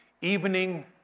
evening